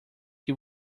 que